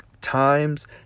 times